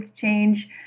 change